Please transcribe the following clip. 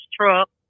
truck